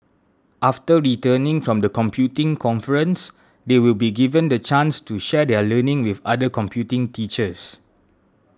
after returning from the computing conference they will be given the chance to share their learning with other computing teachers